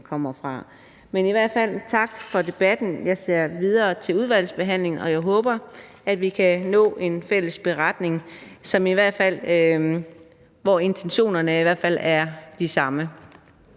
kommer fra. I hvert fald tak for debatten. Jeg ser videre mod udvalgsbehandlingen, og jeg håber, at vi kan nå en fælles beretning, hvor intentionerne i hvert fald er de samme.